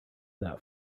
that